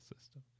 system